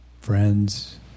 friends